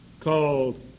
called